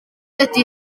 ydy